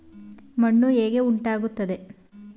ಮಣ್ಣು ಹೇಗೆ ಉಂಟಾಗುತ್ತದೆ?